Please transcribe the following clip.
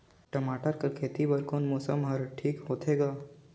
टमाटर कर खेती बर कोन मौसम हर ठीक होथे ग?